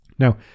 Now